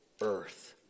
earth